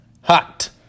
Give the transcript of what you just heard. Hot